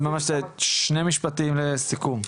עוד ממש שני משפטים לסיכום.